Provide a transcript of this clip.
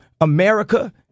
America